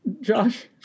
Josh